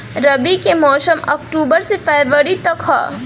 रबी के मौसम अक्टूबर से फ़रवरी तक ह